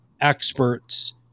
experts